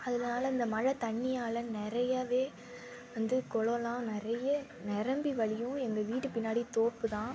அதுனால இந்த மழை தண்ணியால் நிறையாவே வந்து குளலாம் நிறைய நிரம்பி வழியும் எங்கள் வீட்டு பின்னாடி தோப்புதான்